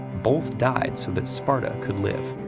both died so that sparta could live.